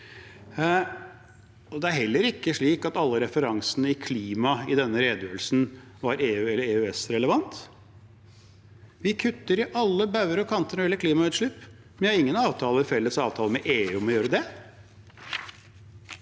Det er heller ikke slik at alle referansene til klima i denne redegjørelsen var EU- eller EØS-relevante. Vi kutter på alle bauger og kanter når det gjelder klimagassutslipp. Vi har ingen felles avtale med EU om å gjøre det,